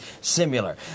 similar